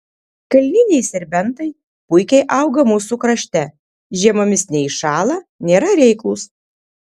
kalniniai serbentai puikiai auga mūsų krašte žiemomis neiššąla nėra reiklūs